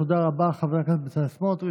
תודה רבה, חבר הכנסת סמוטריץ'.